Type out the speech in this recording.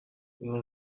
این